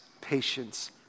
patience